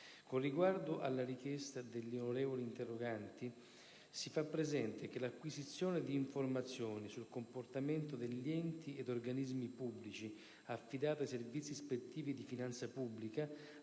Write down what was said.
Con riguardo alla richiesta degli onorevoli senatori interroganti, si fa presente che l'acquisizione di informazioni sul comportamento degli enti ed organismi pubblici, affidata ai Servizi ispettivi di finanza pubblica,